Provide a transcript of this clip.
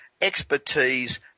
expertise